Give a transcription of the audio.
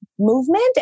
movement